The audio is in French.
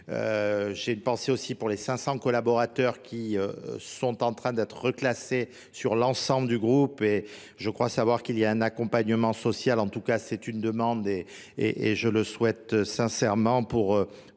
J'ai une pensée aussi pour les 500 collaborateurs qui sont en train d'être reclassés sur l'ensemble du groupe et je crois savoir qu'il y a un accompagnement social, en tout cas c'est une demande. et je le souhaite sincèrement pour